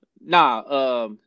Nah